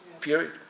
period